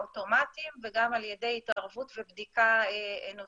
אוטומטיים וגם על ידי התערבות ובדיקה אנושית.